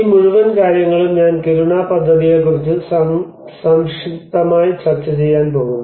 ഈ മുഴുവൻ കാര്യങ്ങളും ഞാൻ കിരുണ പദ്ധതിയെക്കുറിച്ച് സംക്ഷിപ്തമായി ചർച്ചചെയ്യാൻ പോകുന്നു